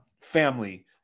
family